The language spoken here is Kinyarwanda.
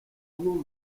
nkubu